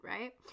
right